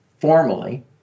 formally